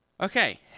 Okay